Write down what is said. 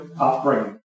upbringing